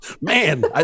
Man